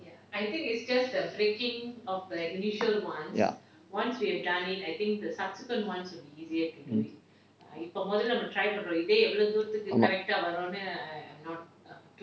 ya mm mm